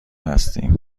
هستیم